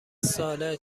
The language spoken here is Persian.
ساله